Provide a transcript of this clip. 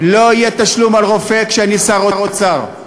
לא יהיה תשלום על רופא כשאני שר אוצר,